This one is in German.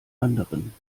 anderen